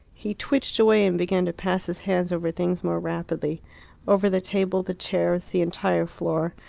he twitched away, and began to pass his hands over things more rapidly over the table, the chairs, the entire floor,